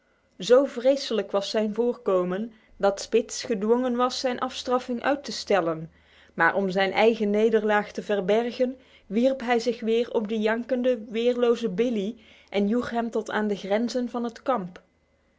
zo vreselijk was zijn voorkomen dat spitz gedwongen was zijn afstraffing uit te stellen maar om zijn eigen nederlaag te verbergen wierp hij zich weer op den jankenden weerlozen billee en joeg hem tot aan de grenzen van het kamp